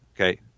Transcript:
Okay